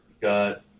got